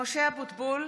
(קוראת בשמות חברי הכנסת) משה אבוטבול,